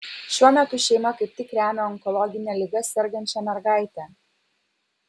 šiuo metu šeima kaip tik remia onkologine liga sergančią mergaitę